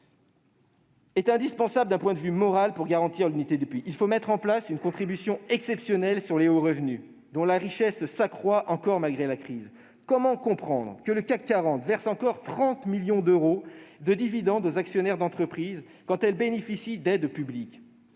indispensable d'un point de vue moral pour garantir l'unité du pays. Il convient de mettre en place une contribution exceptionnelle sur les hauts revenus, dont la richesse s'accroît encore malgré la crise. Comment comprendre que le CAC 40 verse encore 30 milliards d'euros de dividendes aux actionnaires d'entreprises quand celles-ci bénéficient d'aides publiques ?